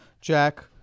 Jack